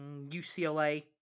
UCLA